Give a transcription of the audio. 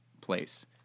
place